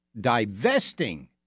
divesting